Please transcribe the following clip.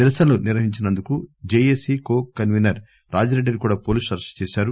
నిరసనలు నిర్వహించినందుకు JAC co convener రాజిరెడ్డిని కూడా పోలీసులు అరెస్టు చేశారు